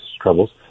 troubles